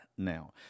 now